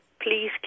please